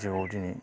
जिउआव दिनै